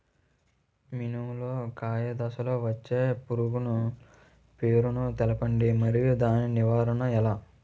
మినుము లో కాయ దశలో వచ్చే పురుగు పేరును తెలపండి? మరియు దాని నివారణ ఎలా?